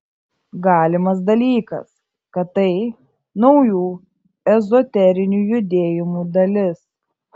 galimas dalykas kad tai naujų ezoterinių judėjimų dalis